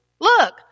look